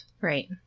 right